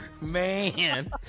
Man